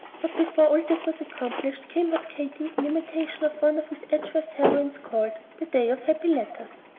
but before all this was accomplished, came what katy, in imitation of one of miss edgeworth's heroines, called the day of happy letters.